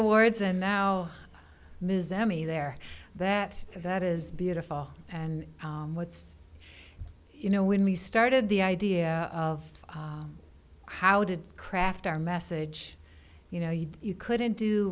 awards and now ms emmy there that that is beautiful and what's you know when we started the idea of how did craft our message you know you you couldn't do